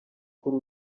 kuri